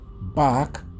back